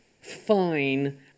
fine